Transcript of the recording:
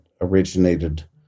originated